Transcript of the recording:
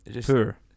Poor